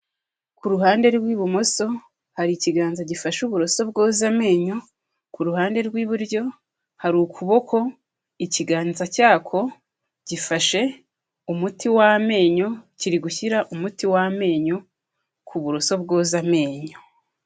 Kuru ruhande rw'ibumoso, hari ikiganza gifashe uburoso bwoza amenyo, ku ruhande rw'iburyo hari ukuboko, ikiganza cyako gifashe umuti w'amenyo, kiri gushyira umuti w'amenyo ku buroso bwoza amenyo.